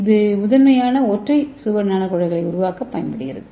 இது முதன்மையாக ஒற்றை சுவர் நானோகுழாய்களை உருவாக்க பயன்படுகிறது